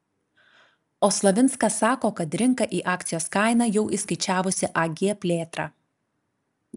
o slavinskas sako kad rinka į akcijos kainą jau įskaičiavusi ag plėtrą